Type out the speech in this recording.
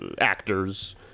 actors